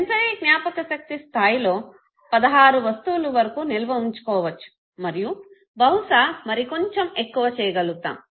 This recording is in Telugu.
సెన్సరీ జ్ఞాపకశక్తి స్థాయిలో 16 వస్తువులు వరకు నిల్వ వుంచుకోవచ్చు మరియు బహుశా మరి కొంచం ఎక్కువ చేయగలుగుతాము